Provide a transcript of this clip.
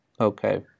Okay